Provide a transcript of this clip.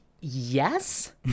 Yes